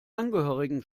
angehörigen